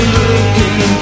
looking